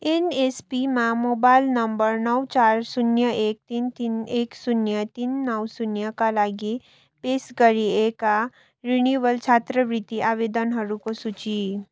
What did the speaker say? एनएसपीमा मोबाइल नम्बर नौ चार शून्य एक तिन तिन एक शून्य तिन नौ शून्यका लागि पेस गरिएका रिनिवल छात्रवृत्ति आवेदनहरूको सूची